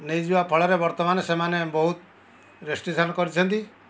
ନେଇଯିବା ଫଳରେ ବର୍ତ୍ତମାନ ସେମାନେ ବହୁତ ରେଷ୍ଟ୍ରିକ୍ସନ୍ କରିଛନ୍ତି